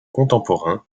contemporains